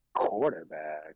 Quarterback